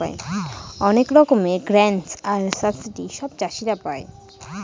অনেক রকমের গ্রান্টস আর সাবসিডি সব চাষীরা পাই